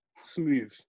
smooth